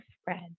spread